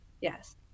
Yes